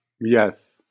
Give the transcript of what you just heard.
Yes